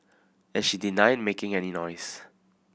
and she denied making any noise